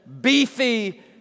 beefy